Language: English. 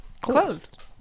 Closed